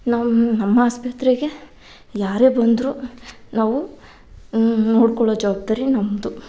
ನಾವು ನಮ್ಮ ಆಸ್ಪತ್ರೆಗೆ ಯಾರೇ ಬಂದರೂ ನಾವು ನೋಡಿಕೊಳ್ಳೋ ಜವಾಬ್ದಾರಿ ನಮ್ಮದು